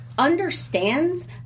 Understands